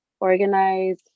organize